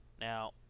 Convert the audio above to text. now